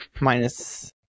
minus